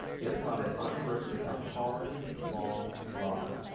the other problem is entrepreneurship is a hard, long, slog.